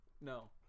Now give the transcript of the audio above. No